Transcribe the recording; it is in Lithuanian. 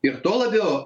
ir tuo labiau